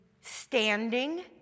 standing